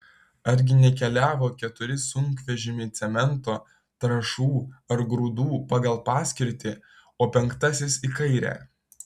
argi nekeliavo keturi sunkvežimiai cemento trąšų ar grūdų pagal paskirtį o penktasis į kairę